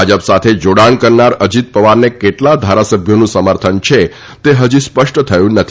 ભાજપ સાથે જોડાણ કરનાર અજીત પવારને કેટલા ધારાસભ્યોનું સમર્થન છે તે હજી સ્પષ્ટ થયું નથી